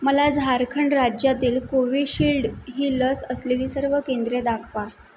मला झारखंड राज्यातील कोविशिल्ड ही लस असलेली सर्व केंद्रे दाखवा